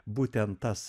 būtent tas